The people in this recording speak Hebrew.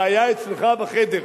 שהיה אצלך בחדר,